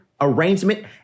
arrangement